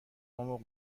مرغ